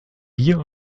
bier